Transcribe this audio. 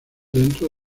dentro